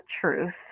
truth